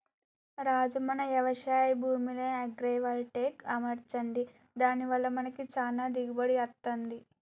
రాజు మన యవశాయ భూమిలో అగ్రైవల్టెక్ అమర్చండి దాని వల్ల మనకి చానా దిగుబడి అత్తంది